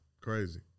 Crazy